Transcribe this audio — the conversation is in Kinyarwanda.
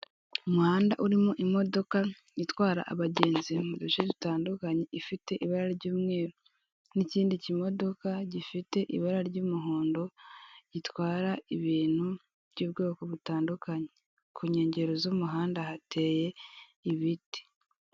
Umuhanda urimo imodoka itwara abagenzi mu duce dutandukanye ifite ibara ry'umweru n'ikindi kimodoka gifite ibara ry'umuhondo gitwara ibintu by'ubwoko butandukanye ku nkengero z'umuhanda hateye ibiti.